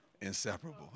Inseparable